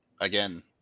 again